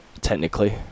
technically